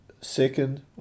second